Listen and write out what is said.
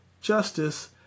justice